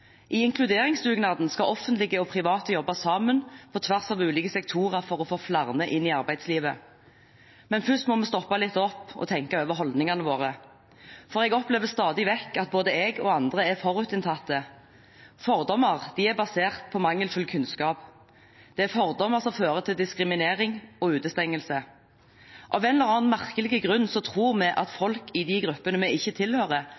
I inkluderingsdugnaden skal offentlige og private jobbe sammen, på tvers av ulike sektorer, for å få flere inn i arbeidslivet. Men først må vi stoppe litt opp og tenke over holdningene våre, for jeg opplever stadig vekk at både jeg og andre er forutinntatte. Fordommer er basert på mangelfull kunnskap. Det er fordommer som fører til diskriminering og utestengelse. Av en eller annen merkelig grunn tror vi at folk i de gruppene vi ikke tilhører,